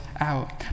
out